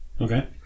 Okay